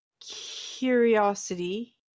Curiosity